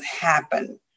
happen